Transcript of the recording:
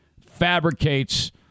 fabricates